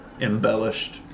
embellished